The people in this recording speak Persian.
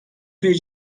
توی